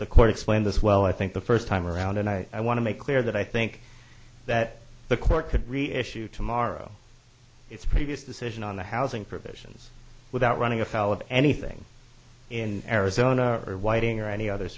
the court explained this well i think the first time around and i i want to make clear that i think that the court could really issue tomorrow its previous decision on the housing provisions without running afoul of anything in arizona or whiting or any other